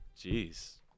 Jeez